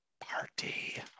party